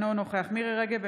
אינו נוכח מירי מרים רגב,